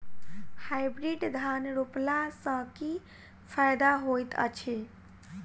Hybrid धान रोपला सँ की फायदा होइत अछि?